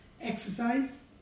exercise